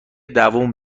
دووم